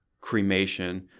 cremation